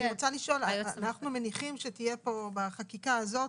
אני רוצה לשאול שאלה: אנחנו מניחים שבחקיקה הזאת